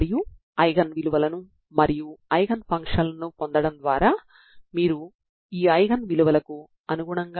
మీరు u1xt u2xt లను ఈ సమస్యకు రెండు పరిష్కారాలుగా భావించినట్లయితే మీరు వాటి వ్యత్యాసం u1 u2 ను W అనుకుంటారు